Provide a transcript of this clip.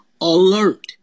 alert